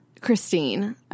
Christine